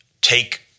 take